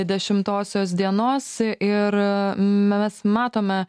dešimtosios dienos ir mes matome